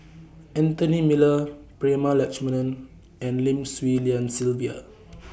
Anthony Miller Prema Letchumanan and Lim Swee Lian Sylvia